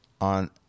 on